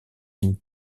been